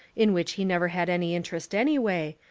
in which he never had any interest any way,